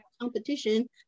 competition